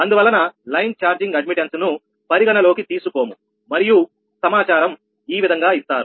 అందువలన line charging admittance ను పరిగణలోకి తీసుకోము మరియు సమాచారం ఈ విధంగా ఇస్తారు